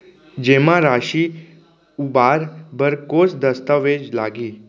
जेमा राशि उबार बर कोस दस्तावेज़ लागही?